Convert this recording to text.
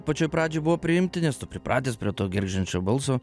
pačioj pradžioj buvo priimti nes tu pripratęs prie to gergždžiančio balso